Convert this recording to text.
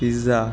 pizza